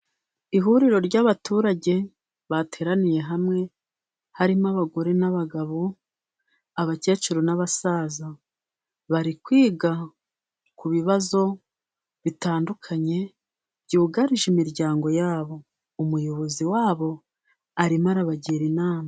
Ihuriro ry'abaturage bateraniye hamwe, harimo abagore n'abagabo, abakecuru n'abasaza, bari kwiga ku bibazo bitandukanye byugarije imiryango yabo, umuyobozi wabo arimo arabagira inama.